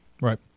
Right